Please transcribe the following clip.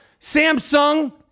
Samsung